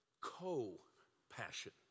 co-passion